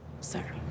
sir